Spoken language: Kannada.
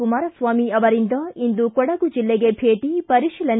ಕುಮಾರಸ್ವಾಮಿ ಅವರಿಂದ ಇಂದು ಕೊಡಗು ಜಿಲ್ಲೆಗೆ ಭೇಟಿ ಪರಿಶೀಲನೆ